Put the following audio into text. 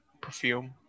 Perfume